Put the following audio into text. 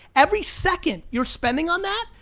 every second you're spending on that,